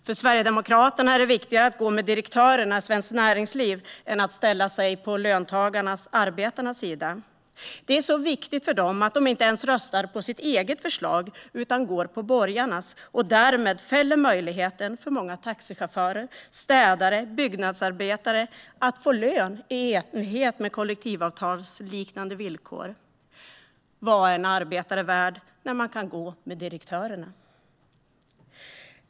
För Sverigedemokraterna är det viktigare att gå med direktörerna i Svenskt Näringsliv än att ställa sig på löntagarnas, arbetarnas, sida. Det är så viktigt att de inte ens röstar på sitt eget förslag utan går på borgarnas och därmed fäller möjligheten för många taxichaufförer, städare och byggnadsarbetare att få lön i enlighet med kollektivavtalsliknande villkor. Vad är en arbetare värd när man kan gå med direktörerna?